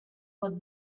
pot